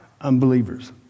unbelievers